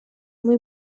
muy